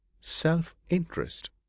self-interest